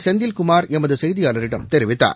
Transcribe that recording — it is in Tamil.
செந்தில்குமார் எமதுசெய்தியாளரிடம் தெரிவித்தார்